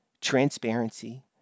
transparency